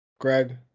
Greg